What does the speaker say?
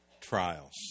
trials